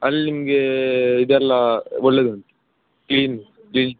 ಅಲ್ಲಿ ನಿಮ್ಗೆ ಇದೆಲ್ಲ ಒಳ್ಳೆಯದುಂಟು ಕ್ಲೀನ್ ಕ್ಲೀನ್